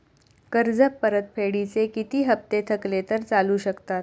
कर्ज परतफेडीचे किती हप्ते थकले तर चालू शकतात?